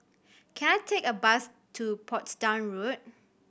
can I take a bus to Portsdown Road